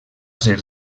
ser